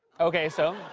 okay, so,